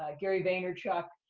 ah gary vaynerchuk,